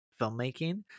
filmmaking